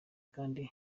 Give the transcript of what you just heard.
kandi